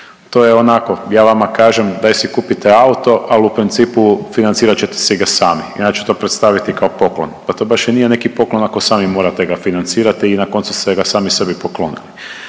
To je onako, ja vama kažem, daj si kupite auto, ali u principu, financirat ćete si ga sami i ja ću to predstaviti kao poklon, pa to baš i nije neki poklon ako sami morate ga financirati na koncu svega, sami sebi pokloniti.